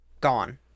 gone